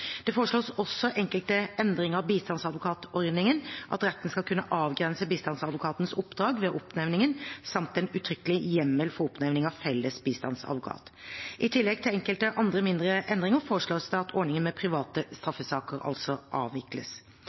Det foreslås også enkelte endringer av bistandsadvokatordningen, at retten skal kunne avgrense bistandsadvokatens oppdrag ved oppnevningen samt en uttrykkelig hjemmel for oppnevning av felles bistandsadvokat. I tillegg til enkelte andre mindre endringer foreslås det at ordningen med private straffesaker avvikles.